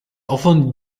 often